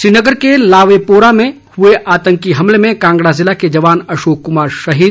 श्रीनगर के लावेपोरा में हुए आतंकी हमले में कांगड़ा जिला के जवान अशोक कुमार शहीद